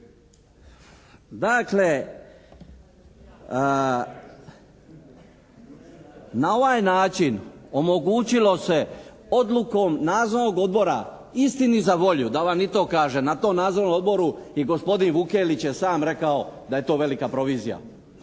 Dakle, na ovaj način omogućilo se odlukom nadzornog odbora istini za volju da vam i to kažem, na tom nadzornom odboru i gospodin Vukelić je sam rekao da je to velika provizija.